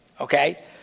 okay